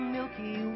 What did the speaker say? Milky